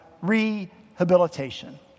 rehabilitation